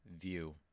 view